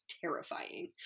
terrifying